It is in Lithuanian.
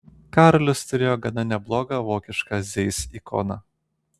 karolis turėjo gana neblogą vokišką zeiss ikoną